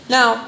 Now